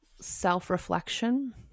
self-reflection